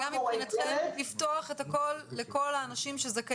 וגם מבחינתכם לפתוח את הכול לכל האנשים שזכאים?